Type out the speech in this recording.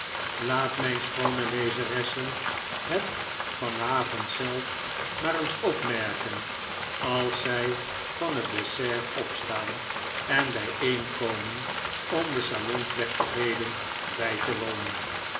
laat mijn schoone lezeressen het van avond zelf maar eens opmerken als zij van het dessert opstaan en bijeenkomen om de salonplechtigheden bij te wonen